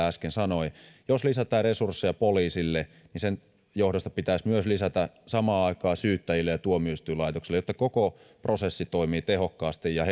äsken sanoi jos lisätään resursseja poliisille niin sen johdosta pitäisi myös lisätä samaan aikaan syyttäjille ja tuomioistuinlaitokselle jotta koko prosessi toimii tehokkaasti ja